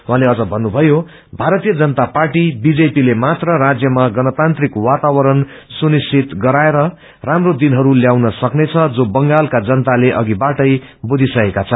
उहाँले अम्न भन्नुभयो भारतीय जनता पार्टी बीजेपी ले मात्र राज्यमा गणतान्त्रीक वातावरण सुनिश्चत गराएर राम्रो दिनहरू ल्याउन सक्नेछ जो बंगालका जनताले अधिबाटै बुझिसकेका छन्